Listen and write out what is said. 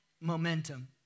momentum